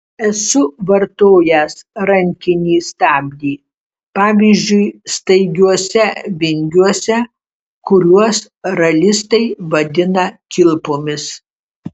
esu vartojęs rankinį stabdį pavyzdžiui staigiuose vingiuose kuriuos ralistai vadina kilpomis